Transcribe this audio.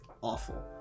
awful